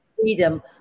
freedom